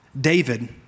David